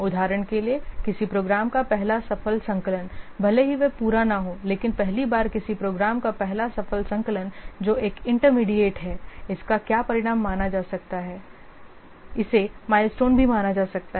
उदाहरण के लिए किसी प्रोग्राम का पहला सफल संकलन भले ही वह पूरा न हो लेकिन पहली बार किसी प्रोग्राम का पहला सफल संकलन जो एक इंटरमीडिएट है उसका क्या परिणाम माना जा सकता है इसे माइलस्टोन भी माना जा सकता है